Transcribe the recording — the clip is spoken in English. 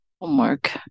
homework